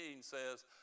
says